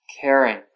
caring